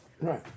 Right